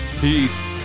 Peace